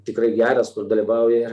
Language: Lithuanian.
tikrai geras kur dalyvauja ir